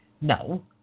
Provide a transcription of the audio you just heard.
No